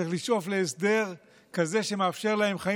צריך לשאוף להסדר כזה שמאפשר להם חיים